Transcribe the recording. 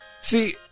See